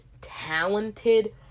talented